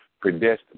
predestined